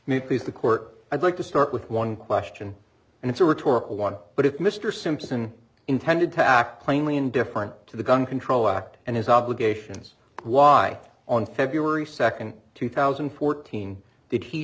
please the court i'd like to start with one question and it's a rhetorical one but if mr simpson intended to act plainly indifferent to the gun control act and his obligations why on february second two thousand and fourteen did he